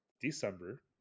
December